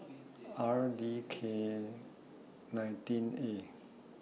R D K nineteen A